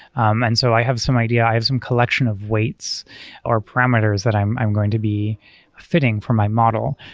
um and so i have some idea, i've some collection of weights or parameters that i'm i'm going to be fitting for my model.